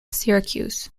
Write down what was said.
syracuse